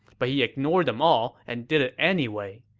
but he ignored them all and did it anyway.